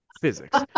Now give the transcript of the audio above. physics